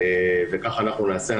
וכך אנחנו נעשה.